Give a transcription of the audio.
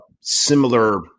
similar